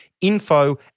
info